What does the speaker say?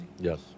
Yes